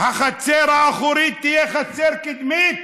החצר האחורית תהיה חצר קדמית.